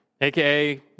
AKA